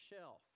shelf